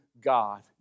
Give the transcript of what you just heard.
God